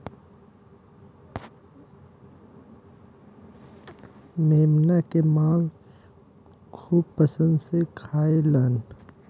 मेमना के मांस खूब पसंद से खाएलन